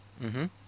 mmhmm